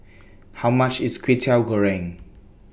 How much IS Kwetiau Goreng